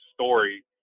story